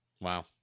Wow